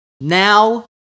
now